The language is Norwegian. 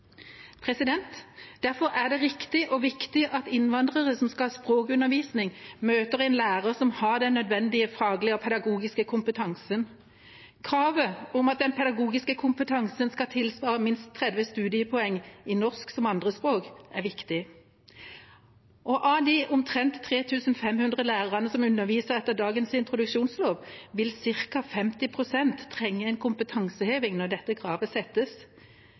Derfor er det riktig og viktig at innvandrere som skal ha språkundervisning, møter en lærer som har den nødvendige faglige og pedagogiske kompetansen. Kravet om at den pedagogiske kompetansen skal tilsvare minst 30 studiepoeng i norsk som andrespråk, er viktig. Og av de omtrent 3 500 lærerne som underviser etter dagens introduksjonslov, vil ca. 50 pst. trenge kompetanseheving når dette kraves settes.